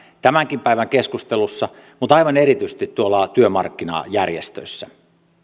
tämänkin päivän keskustelussa kuin aivan erityisesti tuolla työmarkkinajärjestöissä